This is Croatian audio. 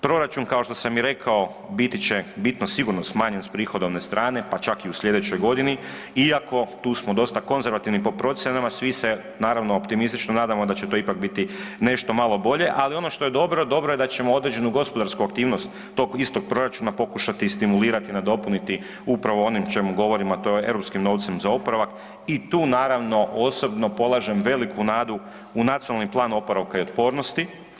Proračun kao što sam i rekao biti će bitno sigurno smanjen s prihodovne strane pa čak i u slijedećoj godini iako tu smo dosta konzervativni po procjenama svi se naravno optimistično nadamo da će to ipak biti nešto malo bolje, ali ono što je dobro, dobro je da ćemo određenu gospodarsku aktivnost tog istog proračuna pokušati stimulirati, nadopuniti upravo onim o čemu govorim, a to je europskim novcem za oporavak i tu naravno osobno polažem veliku nadu u Nacionalni plan oporavka i otpornosti.